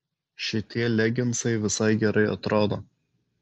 šitie leginsai visai gerai atrodo